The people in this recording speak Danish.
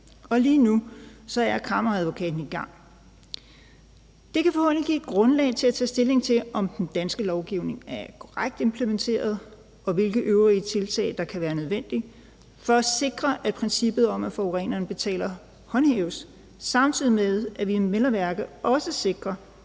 Lige nu er Kammeradvokaten i gang. Det kan forhåbentlig give et grundlag for at tage stilling til, om den danske lovgivning er korrekt implementeret, og hvilke øvrige tiltag der kan være nødvendige for at sikre, at princippet om, at forureneren betaler, håndhæves, samtidig med at vi vel at mærke også sikrer,